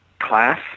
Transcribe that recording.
class